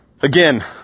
Again